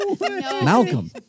Malcolm